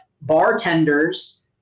bartenders